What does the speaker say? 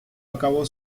acabó